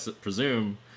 presume